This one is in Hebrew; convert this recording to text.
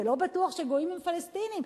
ולא בטוח שגויים הם פלסטינים,